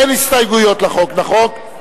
אין הסתייגויות לחוק, נכון?